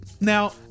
now